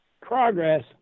progress